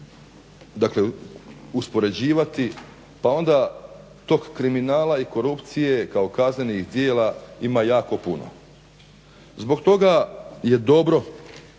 uspoređivati pa onda tog kriminala i korupcije kao kaznenih djela ima jako puno. Zbog toga je dobro